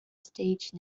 stage